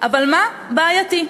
אבל מה, בעייתי.